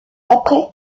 après